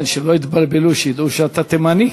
איתן, שלא יתבלבלו, שידעו שאתה תימני,